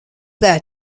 there